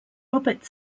robert